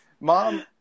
Mom